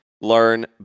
learn